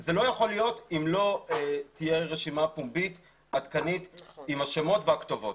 זה לא יכול להיות אם לא תהיה רשימה פומבית עדכנית עם השמות והכתובות.